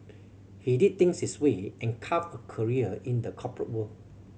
he did things his way and carved a career in the corporate world